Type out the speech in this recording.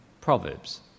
Proverbs